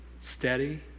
steady